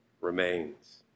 remains